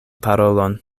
parolon